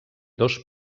dos